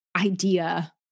idea